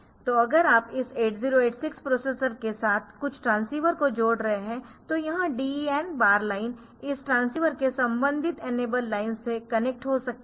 तो अगर आप इस 8086 प्रोसेसर के साथ कुछ ट्रांसीवर को जोड़ रहे है तो यह DEN बार लाइन इस ट्रांसीवर के संबंधित इनेबल लाइन से कनेक्ट हो सकती है